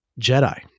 Jedi